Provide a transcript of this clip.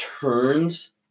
turns